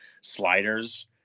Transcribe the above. sliders